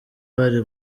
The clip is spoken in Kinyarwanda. bari